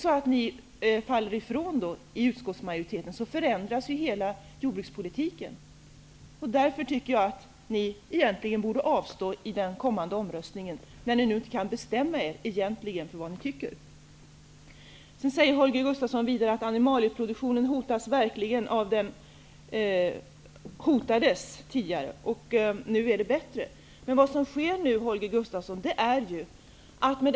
Om ni faller ifrån i utskottsmajoriteten förändras hela jordbrukspolitiken. Därför tycker jag att ni borde avstå i den kommande omröstningen, eftersom ni inte kan bestämma er för vad ni tycker. Holger Gustafsson säger vidare att animalieproduktionen hotades tidigare men att nu är situationen bättre.